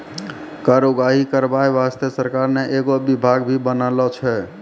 कर उगाही करबाय बासतें सरकार ने एगो बिभाग भी बनालो छै